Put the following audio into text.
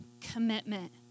commitment